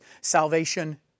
salvation